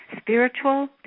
Spiritual